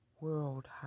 World